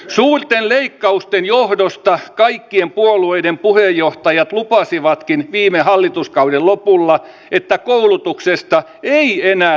suurten leikkausten johdosta kaikkien puolueiden puheenjohtajat lupasivatkin viime hallituskauden lopulla että koulutuksesta ei enää leikata